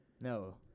No